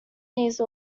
these